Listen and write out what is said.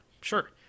Sure